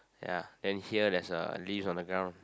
ya then here there's a leaf on the ground